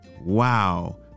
Wow